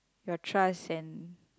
your trust and